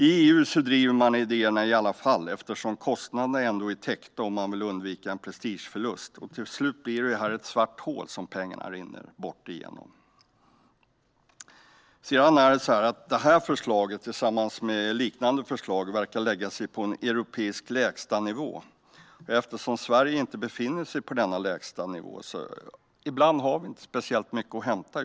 I EU driver man idéerna i alla fall, eftersom kostnaderna ändå är täckta och man vill undvika en prestigeförlust. Till slut blir det ju ett svart hål där pengarna rinner bort. Ny kompetensagenda för Europa Sedan är det så att detta förslag tillsammans med liknande förslag verkar lägga sig på en europeisk lägstanivå, och eftersom Sverige inte befinner sig på denna lägstanivå har vi ibland inte speciellt mycket att hämta.